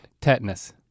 Tetanus